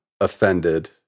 offended